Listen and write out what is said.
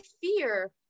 fear